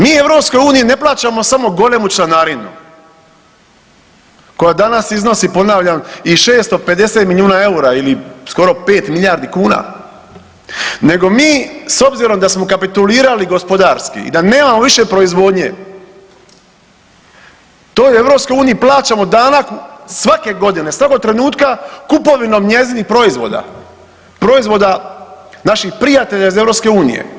Mi EU ne plaćamo samo golemu članarinu koja danas iznosi ponavljam i 650 milijuna eura, skoro 5 milijardi kuna, nego mi s obzirom da smo kapitulirali gospodarski i da nemamo više proizvodnje to Europskoj uniji plaćamo danak svake godine, svakog trenutka kupovinom njezinih proizvoda, proizvoda naših prijatelja iz EU.